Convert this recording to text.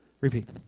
Repeat